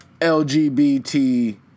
LGBT